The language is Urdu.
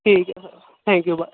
ٹھیک ہے سر تھینک یو بائے